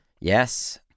Yes